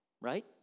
right